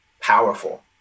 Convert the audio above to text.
powerful